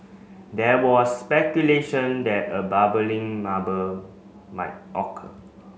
there was speculation that a bubbling might occur